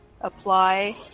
apply